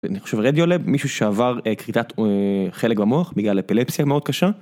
אני חושב רדיו לב, מישהו שעבר קריתת חלק במוח בגלל אפלפסיה מאוד קשה.